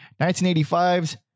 1985's